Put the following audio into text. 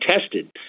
tested